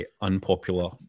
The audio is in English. unpopular